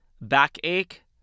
backache